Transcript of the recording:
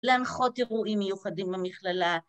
‫להנחות אירועים מיוחדים במכללה.